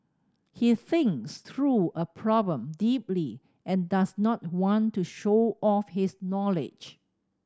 he thinks through a problem deeply and does not want to show off his knowledge